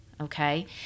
Okay